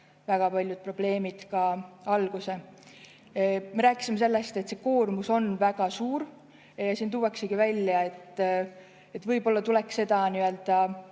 väga paljud probleemid alguse. Me rääkisime sellest, et koormus on väga suur. Siin tuuaksegi välja, et võib-olla tuleks mõelda,